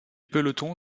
peloton